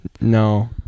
No